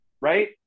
Right